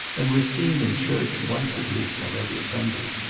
and was seen in church once at least on every sunday.